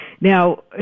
Now